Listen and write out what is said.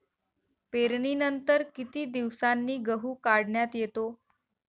पेरणीनंतर किती दिवसांनी गहू काढण्यात येतो?